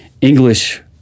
English